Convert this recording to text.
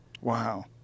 Wow